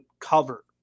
cover